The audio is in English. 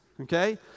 Okay